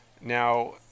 now